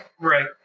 Right